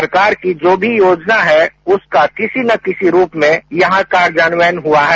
सरकार की जो भी योजना है उसका किसी न किसी रूप में यहां कार्यान्वयन हुआ है